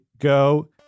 go